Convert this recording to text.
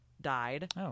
died